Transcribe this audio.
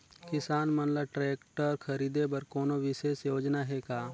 किसान मन ल ट्रैक्टर खरीदे बर कोनो विशेष योजना हे का?